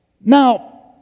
Now